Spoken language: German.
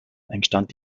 entstand